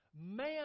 Man